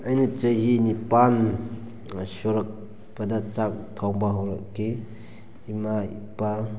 ꯑꯩꯅ ꯆꯍꯤ ꯅꯤꯄꯥꯜ ꯁꯨꯔꯛꯄꯗ ꯆꯥꯛ ꯊꯣꯡꯕ ꯍꯧꯔꯛꯈꯤ ꯏꯃꯥ ꯏꯄꯥ